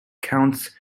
count